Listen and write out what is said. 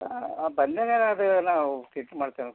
ಬಂದೇನನದ ನಾವು